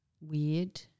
weird